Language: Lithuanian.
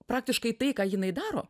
praktiškai tai ką jinai daro